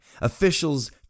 Officials